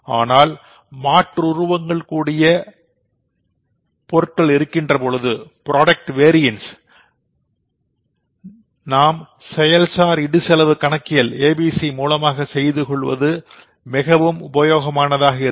ஆனால் product variance இருக்கின்ற பொழுது நாம் செயல்சார் இடுசெலவு கணக்கியல் மூலமாக செய்துகொள்வது மிகவும் உபயோகமானதாக இருக்கும்